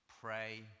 pray